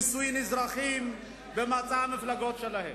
נישואין אזרחיים, במצע המפלגה שלהן.